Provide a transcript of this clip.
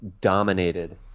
dominated